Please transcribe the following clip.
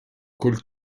col